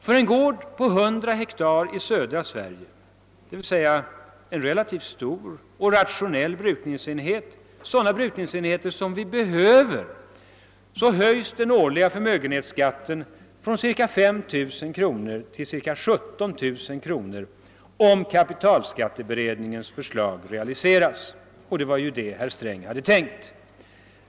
För en gård på 100 hektar i södra Sverige, d.v.s. en relativt stor och rationell brukningsenhet — det är ju sådana brukningsenheter som vi behöver — höjs den årliga förmögenhetsskatten från cirka 3 000 kronor till cirka 17 000 kronor, om kapitalskatteberedningens förslag realiseras. Och det var ju det herr Sträng hade tänkt sig.